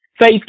faith